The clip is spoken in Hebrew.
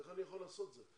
איך אני יכול לעשות את זה?